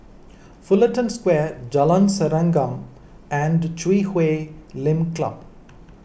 Fullerton Square Jalan Serengam and Chui Huay Lim Club